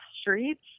streets